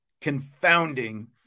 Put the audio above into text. confounding